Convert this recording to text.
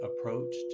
approached